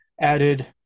added